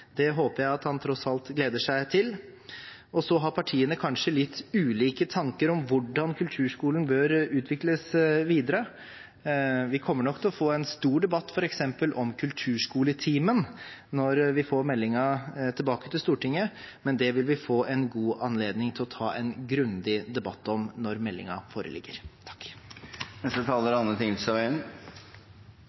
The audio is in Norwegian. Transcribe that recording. Det håper jeg at han tross alt gleder seg til. Og så har partiene kanskje litt ulike tanker om hvordan kulturskolen bør utvikles videre. Vi kommer nok til å få en stor debatt f.eks. om Kulturskoletimen når vi får meldingen tilbake til Stortinget, men det vil vi få en god anledning til å ta en grundig debatt om når meldingen foreligger. Jeg skal gjøre ganske kort prosess og si at det er